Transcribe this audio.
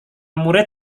murid